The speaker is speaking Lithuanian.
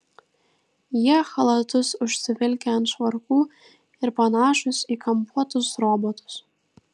jie chalatus užsivilkę ant švarkų ir panašūs į kampuotus robotus